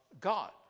God